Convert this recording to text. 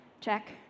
check